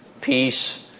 peace